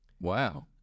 wow